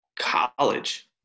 college